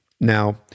Now